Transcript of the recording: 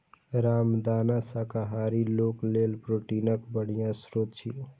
रामदाना शाकाहारी लोक लेल प्रोटीनक बढ़िया स्रोत छियै